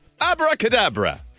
Abracadabra